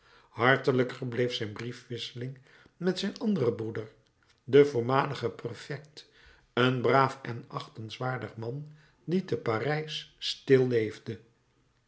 hartelijker bleef zijn briefwisseling met zijn anderen broeder den voormaligen prefekt een braaf en achtenswaardig man die te parijs stil leefde